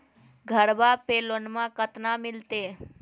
घरबा पे लोनमा कतना मिलते?